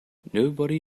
nobody